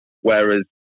Whereas